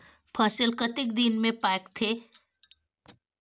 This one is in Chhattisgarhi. फसल कतेक दिन मे पाकथे?